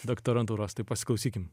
doktorantūros tai pasiklausykim